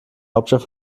hauptstadt